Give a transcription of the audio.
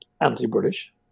anti-British